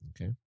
Okay